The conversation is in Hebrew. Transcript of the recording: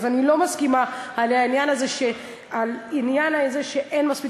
אז אני לא מסכימה עם העניין הזה שאין מספיק